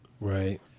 Right